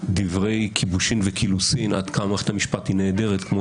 דברי כיבושין וקילוסין עד כמה מערכת המשפט היא נהדרת כמו